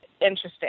interesting